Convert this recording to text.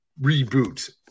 reboot